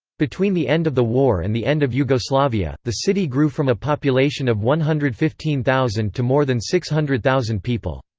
between the end of the war and the end of yugoslavia, the city grew from a population of one hundred fifteen thousand to more than six hundred thousand people.